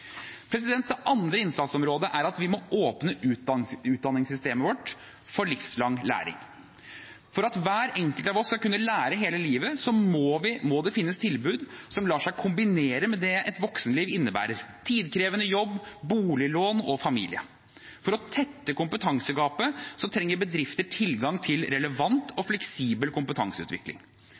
Det andre innsatsområdet er at vi må åpne utdanningssystemet vårt for livslang læring. For at hver enkelt av oss skal kunne lære hele livet, må det finnes tilbud som lar seg kombinere med det et voksenliv innebærer: tidkrevende jobb, boliglån og familie. For å tette kompetansegapet trenger bedrifter tilgang til relevant og fleksibel kompetanseutvikling,